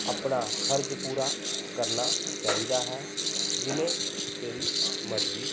ਆਪਣਾ ਫਰਜ਼ ਪੂਰਾ ਕਰਨਾ ਚਾਹੀਦਾ ਹੈ ਜਿਵੇਂ ਤੇਰੀ ਮਰਜ਼ੀ